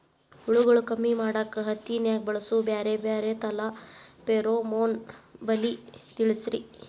ಹುಳುಗಳು ಕಮ್ಮಿ ಮಾಡಾಕ ಹತ್ತಿನ್ಯಾಗ ಬಳಸು ಬ್ಯಾರೆ ಬ್ಯಾರೆ ತರಾ ಫೆರೋಮೋನ್ ಬಲಿ ತಿಳಸ್ರಿ